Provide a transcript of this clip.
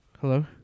Hello